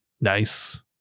Nice